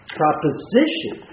proposition